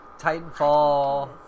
Titanfall